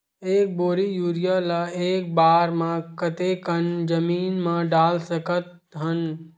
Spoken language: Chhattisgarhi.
एक बोरी यूरिया ल एक बार म कते कन जमीन म डाल सकत हन?